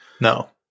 no